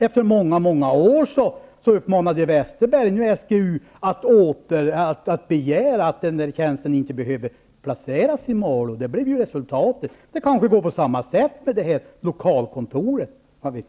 Efter många år uppmanade Westerberg SGU att begära att tjänsten inte skulle behöva placeras i Malå. Det blev resultatet. Det kanske går på samma sätt med lokalkontoret.